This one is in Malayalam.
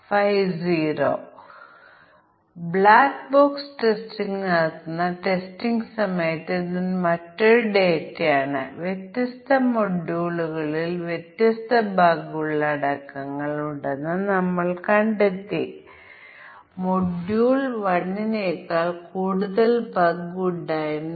ഔട്ട്പുട്ട് വേരുകൾ യാദൃശ്ചികമാകാം അവ ഒരേ root കളാണ് അവയ്ക്ക് വ്യത്യസ്തമായ വേരുകൾ വ്യത്യസ്തവും യഥാർത്ഥ വേരുകളുമുണ്ടാകാം നമുക്ക് സാങ്കൽപ്പിക വേരുകൾ ഉണ്ടായിരിക്കാം